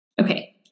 okay